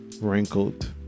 wrinkled